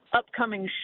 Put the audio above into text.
upcoming